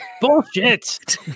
Bullshit